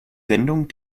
sendung